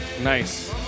Nice